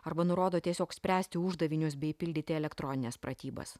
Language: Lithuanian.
arba nurodo tiesiog spręsti uždavinius bei pildyti elektronines pratybas